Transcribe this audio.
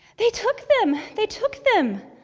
they took them! they took them!